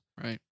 Right